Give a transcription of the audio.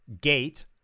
gate